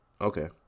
Okay